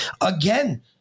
Again